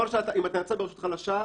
אם אתה נמצא ברשות חלשה,